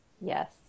Yes